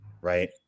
right